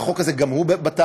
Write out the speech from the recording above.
והחוק הזה גם הוא בתהליך,